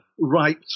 right